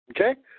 Okay